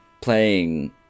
playing